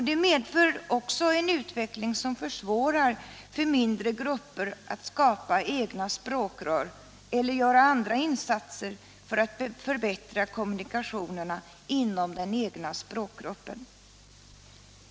Det medför också = Stöd till dagspresen utveckling som försvårar för mindre grupper att skapa egna språkrör = Sen m.m. eller göra andra insatser för att förbättra kommunikationerna inom den egna språkgruppen.